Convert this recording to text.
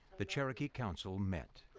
the cherokee council met.